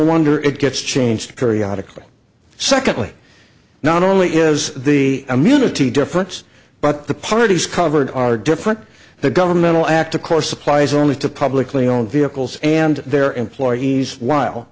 wonder it gets changed curry article secondly not only is the immunity difference but the parties covered are different the governmental act of course applies only to publicly owned vehicles and their employees while